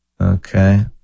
okay